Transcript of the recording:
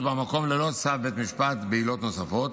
במקום ללא צו בית משפט בעילות נוספות,